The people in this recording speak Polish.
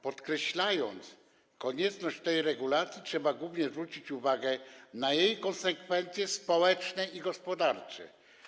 Podkreślając konieczność tej regulacji, trzeba głównie zwrócić uwagę na jej konsekwencje społeczne i gospodarcze.